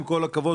עם כל הכבוד,